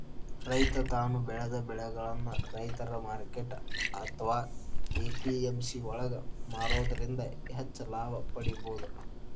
ರೈತ ತಾನು ಬೆಳೆದ ಬೆಳಿಗಳನ್ನ ರೈತರ ಮಾರ್ಕೆಟ್ ಅತ್ವಾ ಎ.ಪಿ.ಎಂ.ಸಿ ಯೊಳಗ ಮಾರೋದ್ರಿಂದ ಹೆಚ್ಚ ಲಾಭ ಪಡೇಬೋದು